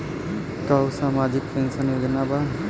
का उ सामाजिक पेंशन योजना बा?